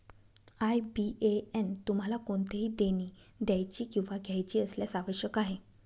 IBAN तुम्हाला कोणतेही देणी द्यायची किंवा घ्यायची असल्यास आवश्यक आहे